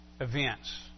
events